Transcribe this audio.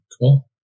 Cool